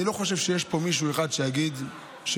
אני לא חושב שיש פה מישהו אחד שיגיד שלא.